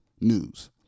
News